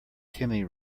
timmy